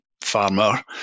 farmer